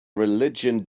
religion